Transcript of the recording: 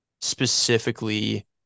specifically